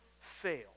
fail